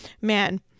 man